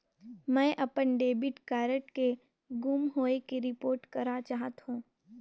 मैं अपन debit card के गुम होवे के रिपोर्ट करा चाहत हों